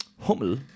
Hummel